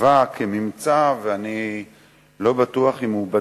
התש"ע (28 באוקטובר